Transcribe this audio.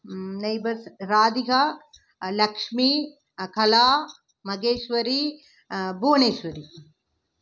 neighbours Radhika Lakshmi Kala Maheswari Bhuvaneshwari